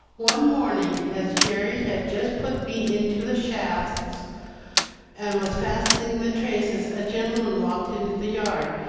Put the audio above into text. one morning, as jerry had just put me into the shafts and was fastening the traces, a gentleman walked into the yard.